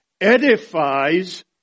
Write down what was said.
edifies